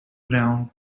ground